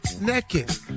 naked